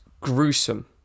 gruesome